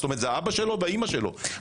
כלומר זה האבא שלו והאמא שלו.